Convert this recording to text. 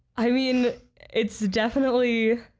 i? mean it's definitely